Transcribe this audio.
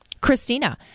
christina